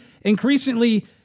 increasingly